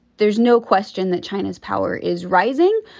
there's no question that china's power is rising.